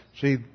See